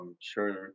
sure